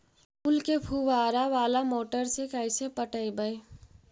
फूल के फुवारा बाला मोटर से कैसे पटइबै?